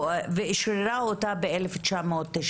ואישררה אותה ב-1991.